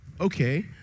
okay